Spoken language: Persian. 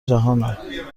جهانند